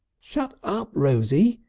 shut up, rosie!